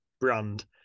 brand